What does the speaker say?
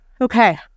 okay